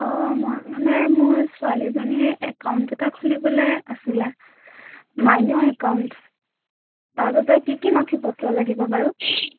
অঁ মই মানে মোৰ ছোৱালীজনীৰ একাউণ্ট এটা খুলিবলে আছিলে মাইনৰ একাউণ্ট তাৰবাবে কি কি নথি পত্ৰ লাগিব বাৰু